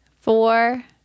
four